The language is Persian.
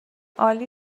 عالی